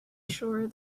sure